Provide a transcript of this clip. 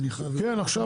קודם כל,